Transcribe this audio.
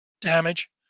damage